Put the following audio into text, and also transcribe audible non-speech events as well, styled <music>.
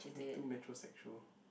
<noise> too metro sexual